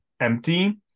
empty